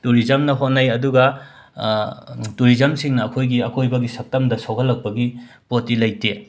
ꯇꯨꯔꯤꯖꯝꯅ ꯍꯣꯠꯅꯩ ꯑꯗꯨꯒ ꯇꯨꯔꯤꯖꯝꯁꯤꯡꯅ ꯑꯩꯈꯣꯏꯒꯤ ꯑꯀꯣꯏꯕꯒꯤ ꯁꯛꯇꯝꯗ ꯁꯣꯛꯍꯜꯂꯛꯄꯒꯤ ꯄꯣꯠꯇꯤ ꯂꯩꯇꯦ